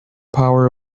power